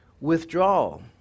Withdrawal